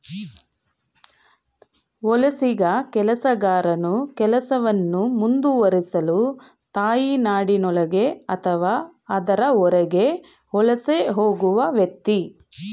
ವಲಸಿಗ ಕೆಲಸಗಾರನು ಕೆಲಸವನ್ನು ಮುಂದುವರಿಸಲು ತಾಯ್ನಾಡಿನೊಳಗೆ ಅಥವಾ ಅದರ ಹೊರಗೆ ವಲಸೆ ಹೋಗುವ ವ್ಯಕ್ತಿ